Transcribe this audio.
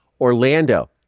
Orlando